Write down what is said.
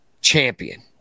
champion